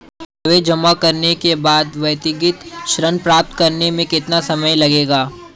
दस्तावेज़ जमा करने के बाद व्यक्तिगत ऋण प्राप्त करने में कितना समय लगेगा?